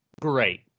great